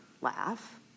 laugh